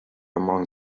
among